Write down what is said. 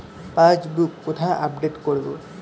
Passbook কোথায় update করব?